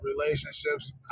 relationships